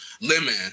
lemon